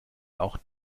auch